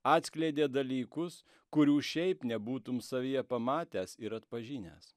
atskleidė dalykus kurių šiaip nebūtum savyje pamatęs ir atpažinęs